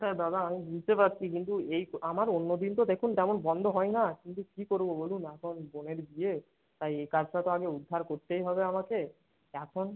ঠিক আছে দাদা আমি বুঝতে পারছি কিন্তু এই আমার অন্য দিন তো দেখুন তেমন বন্ধ হয় না কিন্তু কি করবো বলুন এখন বোনের বিয়ে তাই এ কাজটা তো আগে উদ্ধার করতেই হবে আমাকে এখন